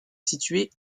située